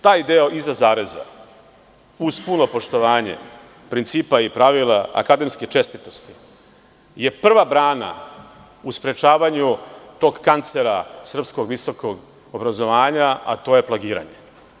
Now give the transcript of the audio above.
Taj deo iza zareza, „uz puno poštovanje principa i pravila akademske čestitosti“ je prva brana u sprečavanju tog kancera srpskog visokog obrazovanja, a to je plagiranje.